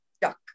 duck